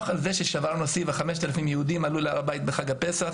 על זה ששברנו שיא ו-5,000 יהודים עלו להר הבית בחג הפסח